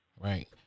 right